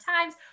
times